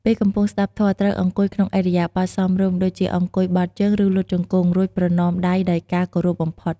ពេលកំពុងស្តាប់ធម៌ ត្រូវអង្គុយក្នុងឥរិយាបថសមរម្យ ដូចជាអង្គុយបត់ជើង ឬលុតជង្គង់ រួចប្រណម្យដៃដោយការគោរពបំផុត។